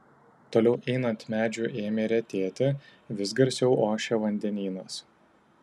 toliau einant medžių ėmė retėti vis garsiau ošė vandenynas